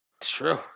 True